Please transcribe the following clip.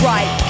Right